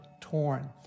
torn